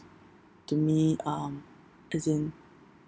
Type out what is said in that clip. to me um as in